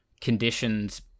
conditions